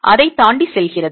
அதை தாண்டி செல்கிறது